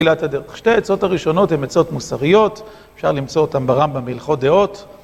תפילת הדרך. שתי העצות הראשונות הן עצות מוסריות, אפשר למצוא אותן ברמב"ם בהלכות דעות.